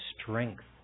strength